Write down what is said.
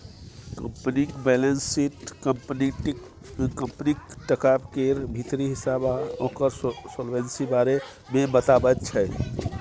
कंपनीक balance sheet कंपनीक टका केर भीतरी हिसाब आ ओकर सोलवेंसी बारे मे बताबैत छै